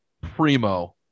primo